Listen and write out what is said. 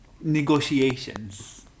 negotiations